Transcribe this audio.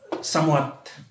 somewhat